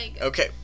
Okay